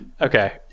Okay